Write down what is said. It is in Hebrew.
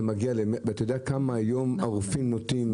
מגיע ל- - ואתה יודע כמה היום הרופאים נוטים,